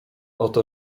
oto